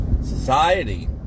society